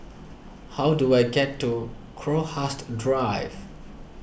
how do I get to Crowhurst Drive